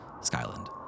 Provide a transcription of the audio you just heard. skyland